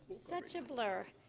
such a blur.